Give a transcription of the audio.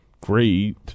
great